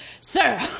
sir